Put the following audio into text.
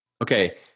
Okay